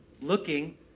looking